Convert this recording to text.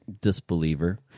disbeliever